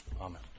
Amen